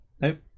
nope